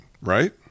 right